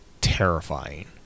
terrifying